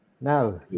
Now